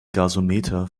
gasometer